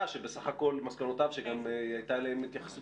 שבסך הכול מסקנותיו שגם הייתה להן התייחסות